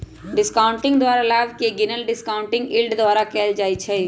discounting द्वारा लाभ के गिनल डिस्काउंटिंग यील्ड द्वारा कएल जाइ छइ